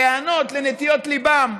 להיענות לנטיות ליבם,